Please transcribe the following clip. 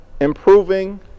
improving